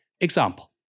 example